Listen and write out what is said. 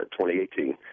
2018